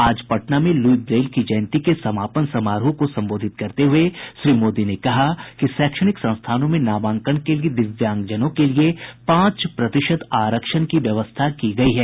आज पटना में Louis Braille की जयंती के समापन समारोह को संबोधित करते हये श्री मोदी ने कहा कि शैक्षणिक संस्थानों में नामांकन के लिए दिव्यांगजनों के लिए पांच प्रतिशत आरक्षण की व्यवस्था की गयी हैं